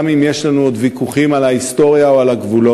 גם אם יש לנו עוד ויכוחים על ההיסטוריה או על הגבולות,